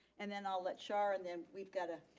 and then i'll let char and then we've gotta,